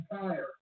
fire